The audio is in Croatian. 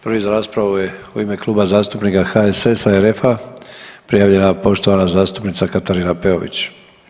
Prvi za raspravu je u ime Kluba zastupnika HSS-a i RF-a prijavljena poštovana zastupnica Katarina Peović.